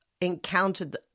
encountered